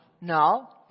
No